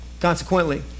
Consequently